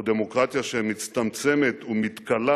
או בדמוקרטיה שמצטמצמת ומתכלה